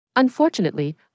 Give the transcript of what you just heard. Unfortunately